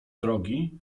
drogi